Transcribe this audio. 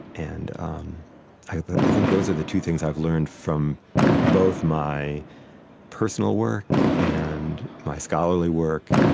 and um i think those are the two things i've learned from both my personal work and my scholarly work.